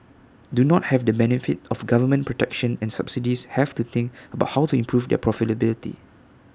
do not have the benefit of government protection and subsidies have to think about how to improve their profitability